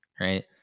right